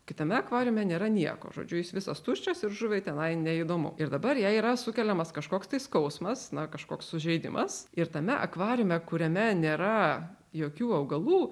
kitame akvariume nėra nieko žodžiu jis visas tuščias ir žuviai tenai neįdomu ir dabar jai yra sukeliamas kažkoks tai skausmas na kažkoks sužeidimas ir tame akvariume kuriame nėra jokių augalų